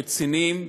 רציניים,